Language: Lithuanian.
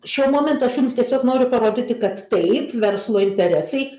šiuo momentu aš jums tiesiog noriu parodyti kad taip verslo interesai